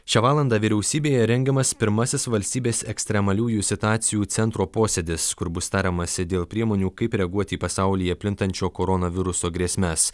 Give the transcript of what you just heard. šią valandą vyriausybėje rengiamas pirmasis valstybės ekstremaliųjų situacijų centro posėdis kur bus tariamasi dėl priemonių kaip reaguoti į pasaulyje plintančio koronaviruso grėsmes